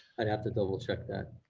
i'd have to double check that.